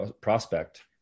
prospect